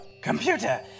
Computer